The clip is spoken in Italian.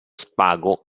spago